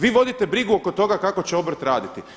Vi vodite brigu oko toga kako će obrt raditi.